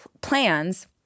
plans